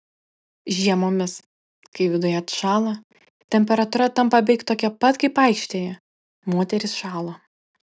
žiemomis kai viduje atšąla temperatūra tampa beveik tokia pat kaip aikštėje moterys šąla